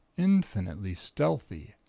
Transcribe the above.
infinitely stealthy.